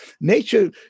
Nature